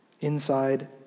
inside